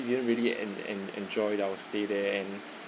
didn't really en~ en~ enjoyed our stay there and